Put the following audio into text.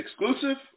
exclusive